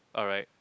alright